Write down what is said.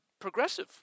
progressive